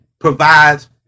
provides